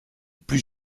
plus